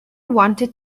wanted